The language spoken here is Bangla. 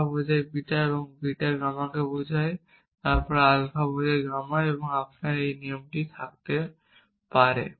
যা আলফা বোঝায় বিটা এবং বিটা গামাকে বোঝায় তারপরে আলফা বোঝায় গামা আপনার একটি নিয়ম থাকতে পারে